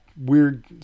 weird